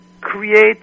create